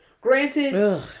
Granted